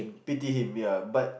pity him ya but